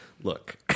look